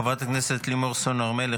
חברת הכנסת לימור סון הר מלך,